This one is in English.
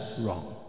wrong